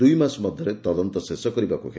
ଦୁଇ ମାସ ମଧ୍ୟରେ ତଦନ୍ତ ଶେଷ କରିବାକୁ ହେବ